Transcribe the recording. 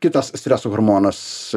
kitas streso hormonas